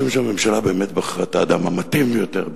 משום שהממשלה באמת בחרה את האדם המתאים ביותר בעיני,